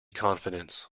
confidence